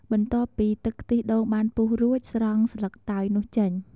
បន្ទាប់ពីទឹកខ្ទិះដូងបានពុះរួច ស្រង់ស្លឹកតើយនោះចេញ។